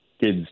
kids